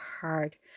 hard